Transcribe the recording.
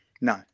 no